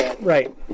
Right